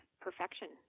perfection